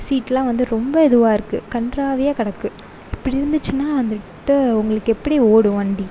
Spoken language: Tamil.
சீட்டுலாம் வந்து ரொம்ப இதுவாக இருக்குது கண்றாவியாக கிடக்கு இப்படி இருந்துச்சுனால் வந்துட்டு உங்களுக்கு எப்படி ஓடும் வண்டி